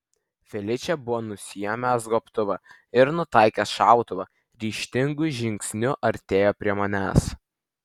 feličė buvo nusiėmęs gobtuvą ir nutaikęs šautuvą ryžtingu žingsniu artėjo prie manęs